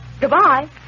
Goodbye